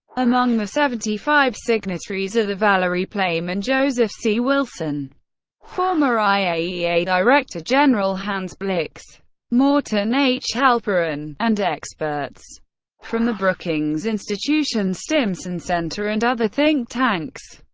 among the seventy five signatories are the valerie plame and joseph c. wilson former iaea director-general hans blix morton h. halperin and experts from the brookings institution, stimson center, and other think tanks.